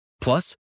Plus